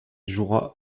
jouera